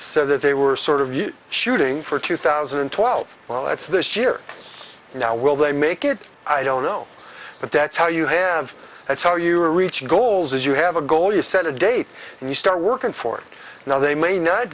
said that they were sort of shooting for two thousand and twelve well it's this year now will they make it i don't know but that's how you have that's how you reach your goals you have a goal you set a date and you start working for now they may not